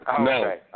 No